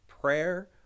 prayer